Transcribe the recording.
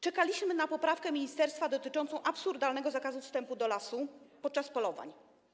Czekaliśmy na poprawkę ministerstwa dotyczącą absurdalnego zakazu wstępu do lasu podczas polowań.